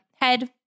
head